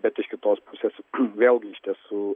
bet iš kitos pusės vėlgi iš tiesų